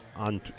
On